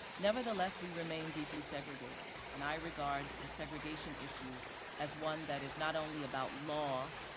nevertheless, we remain deeply segregated and i regard the segregation issue as one that is not only about law,